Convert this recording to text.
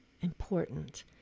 important